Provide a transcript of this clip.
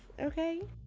okay